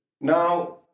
now